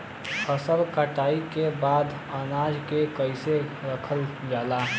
फसल कटाई के बाद अनाज के कईसे रखल जाला?